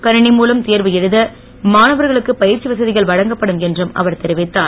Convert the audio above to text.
கணிணி மூலம் தேர்வு எழுத மாணவர்களுக்கு பயிற்சி வசதிகள் வழங்கப்படும் என்றும் அவர் தெரிவித்தார்